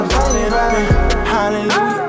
Hallelujah